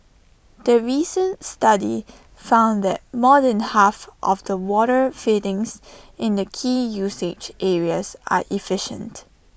the recent study found that more than half of the water fittings in the key usage areas are efficient